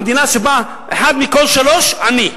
המדינה שבה אחד מכל שלושה עני.